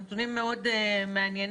הנתונים מאוד מעניינים